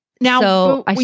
Now